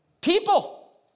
people